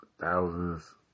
thousands